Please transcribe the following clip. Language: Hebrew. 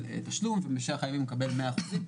תשלום ובשאר הימים הוא מקבל מאה אחוזים,